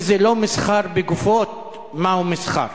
אם זה לא מסחר בגופות, מהו מסחר?